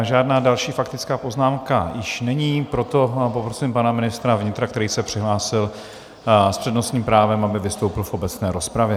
Žádná další faktická poznámka již není, proto poprosím pana ministra vnitra, který se přihlásil s přednostním právem, aby vystoupil v obecné rozpravě.